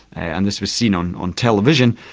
and this was seen on on television,